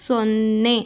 ಸೊನ್ನೆ